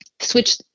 switch